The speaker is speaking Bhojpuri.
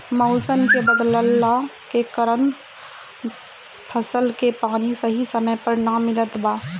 मउसम के बदलला के कारण फसल के पानी सही समय पर ना मिलत बा